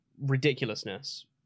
ridiculousness